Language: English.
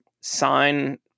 sign